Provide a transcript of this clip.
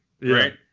Right